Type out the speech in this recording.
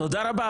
תודה רבה,